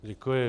Děkuji.